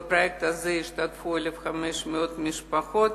בפרויקט הזה השתתפו 1,500 משפחות,